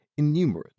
innumerate